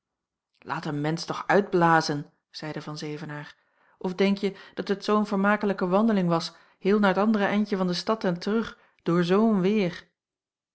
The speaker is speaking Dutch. laat een mensch toch uitblazen zeide van zevenaer of denkje dat het zoo'n vermakelijke wandeling was heel naar t andere endje van de stad en terug door zoo'n weêr